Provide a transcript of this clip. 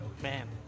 Man